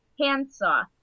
handsaw